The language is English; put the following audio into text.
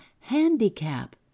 handicap